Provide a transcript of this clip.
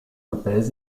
lopez